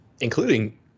Including